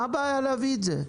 מה הבעיה להביא את זה?